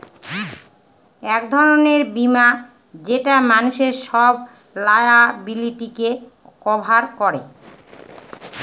এক ধরনের বীমা যেটা মানুষের সব লায়াবিলিটিকে কভার করে